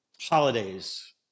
holidays